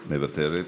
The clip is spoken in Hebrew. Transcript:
מוותרת.